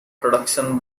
production